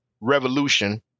Revolution